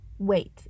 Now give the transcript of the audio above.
wait